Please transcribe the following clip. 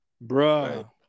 bro